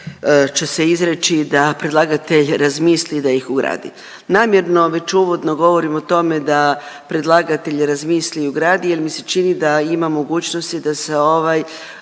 će se izreći da predlagatelj razmisli i da ih ugradi. Namjerno već uvodno govorim o tome da predlagatelj razmisli i ugradi jer mi se čini da ima mogućnosti da se ovaj